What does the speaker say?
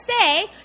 say